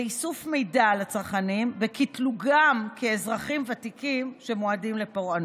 לאיסוף מידע על הצרכנים וקטלוגם כאזרחים ותיקים שמועדים לפורענות.